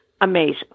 amazing